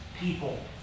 people